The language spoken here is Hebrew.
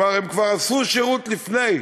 כלומר, הם כבר עשו שירות לפני.